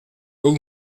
ele